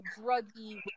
druggy